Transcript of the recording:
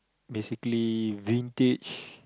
basically vintage